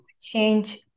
change